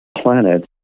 planet